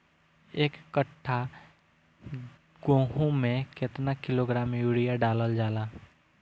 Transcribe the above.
एक कट्टा गोहूँ में केतना किलोग्राम यूरिया डालल जाला?